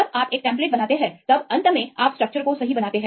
जब आप एक टेम्पलेट बनाते हैं तब अंत में आप स्ट्रक्चर को सही बनाते हैं